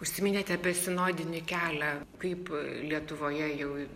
užsiminėte apie sinodinį kelią kaip lietuvoje jau